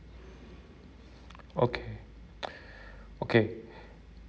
okay okay